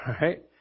Right